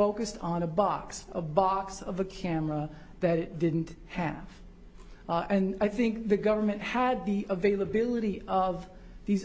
focused on a box of box of a camera that it didn't have and i think the government had the availability of these